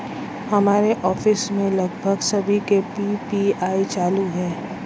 हमारे ऑफिस में लगभग सभी के पी.पी.आई चालू है